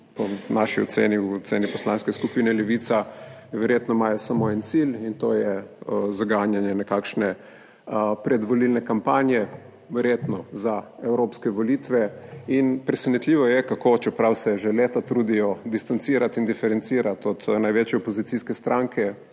po naši oceni, po oceni Poslanske skupine Levica, verjetno samo en cilj, in to je zaganjanje nekakšne predvolilne kampanje, verjetno za evropske volitve, in presenetljivo je, kako, čeprav se že leta trudijo distancirati in diferencirati od največje opozicijske stranke,